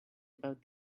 about